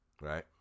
Right